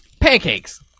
pancakes